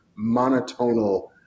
monotonal